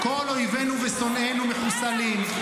כל אויבינו ושונאינו מחוסלים,